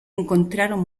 encontraron